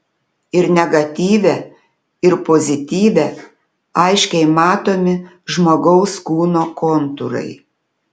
ir negatyve ir pozityve aiškiai matomi žmogaus kūno kontūrai